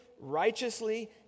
righteously